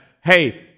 hey